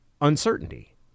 uncertainty